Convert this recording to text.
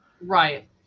right